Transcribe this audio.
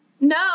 No